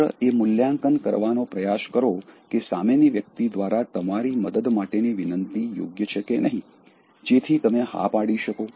માત્ર એ મૂલ્યાંકન કરવાનો પ્રયાસ કરો કે સામેની વ્યક્તિ દ્વારા તમારી મદદ માટેની વિનંતી યોગ્ય છે કે નહીં જેથી તમે હા પાડી શકો